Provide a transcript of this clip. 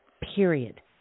Period